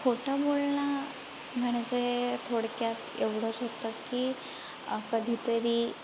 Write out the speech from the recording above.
खोटं बोलणं म्हणजे थोडक्यात एवढंच होतं की कधीतरी